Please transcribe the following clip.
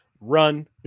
Run